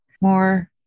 more